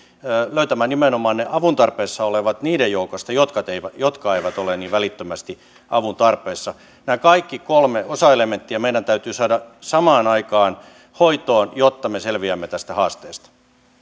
löytämään nimenomaan ne avun tarpeessa olevat niiden joukosta jotka eivät ole niin välittömästi avun tarpeessa nämä kaikki kolme osaelementtiä meidän täytyy saada samaan aikaan hoitoon jotta me selviämme tästä haasteesta